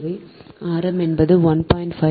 எனவே ஆரம் என்பது 1